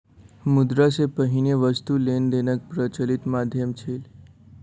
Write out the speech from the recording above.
मुद्रा सॅ पहिने वस्तु लेन देनक प्रचलित माध्यम छल